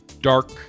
dark